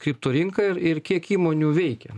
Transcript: kriptorinka ir ir kiek įmonių veikia